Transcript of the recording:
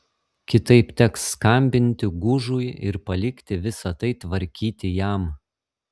kitaip teks skambinti gužui ir palikti visa tai tvarkyti jam